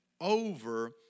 over